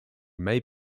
may